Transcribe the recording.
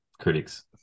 critics